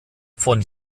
von